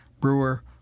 Brewer